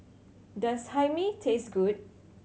does Hae Mee taste good